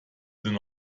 sind